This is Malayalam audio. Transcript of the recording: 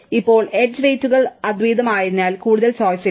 ഇപ്പോൾ എഡ്ജ് വെയിറ്റുകൾ അദ്വിതീയമാണെങ്കിൽ കൂടുതൽ ചോയ്സ് ഇല്ല